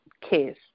case